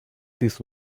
these